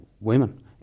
women